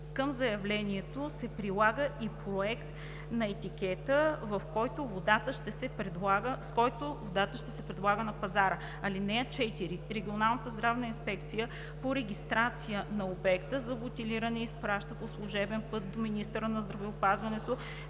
Към заявлението се прилага и проект на етикета, с който водата ще се предлага на пазара. (4) Регионалната здравна инспекция по регистрация на обекта за бутилиране изпраща по служебен път до министъра на здравеопазването